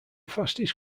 fastest